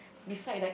beside that